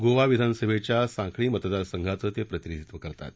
गोवा विधानसभेच्या साखळी मतदारसंघाचं ते प्रतिनिधीत्व करतात